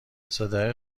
صدای